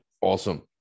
Awesome